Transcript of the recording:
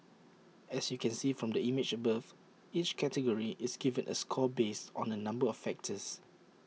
as you can see from the image above each category is given A score based on A number of factors